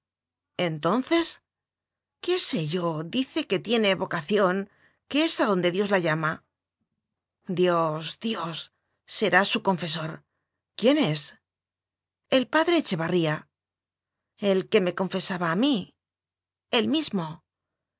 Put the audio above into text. entonces qué sé yo dice que tiene vocación que es adonde dios la llama dios dios será su confesor quién es el padre echevarría el que me confesaba a mí el mismo